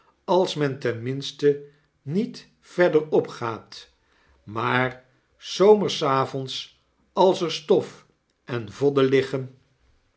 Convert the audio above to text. als men ten minste niet verderop gaat maar s zomers avonds als er stof en vodden liggen